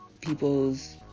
people's